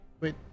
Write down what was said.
Wait